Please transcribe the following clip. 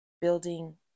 building